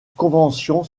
convention